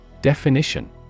Definition